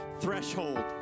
threshold